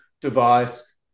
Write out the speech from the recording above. device